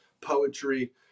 poetry